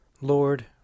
Lord